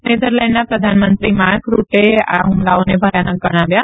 નેધરલેન્ડના પ્રધાનમંત્રી માર્ક રૂટએ આ હ્મલાઓને ભયાનક ગણાવ્યા